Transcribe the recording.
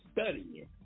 studying